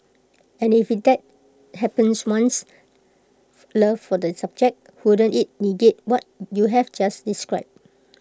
and if that hampers one's love for the subject wouldn't IT negate what you have just described